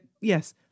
yes